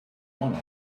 ronald